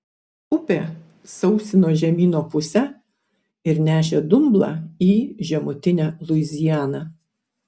upė sausino žemyno pusę ir nešė dumblą į žemutinę luizianą